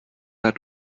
hat